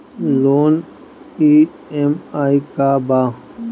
Loan EMI का बा?